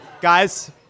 Guys